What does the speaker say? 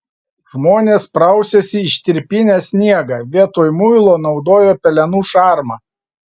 žmonės prausėsi ištirpinę sniegą vietoj muilo naudojo pelenų šarmą